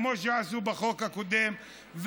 כמו שעשו בחוק הקודם,